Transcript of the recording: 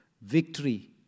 Victory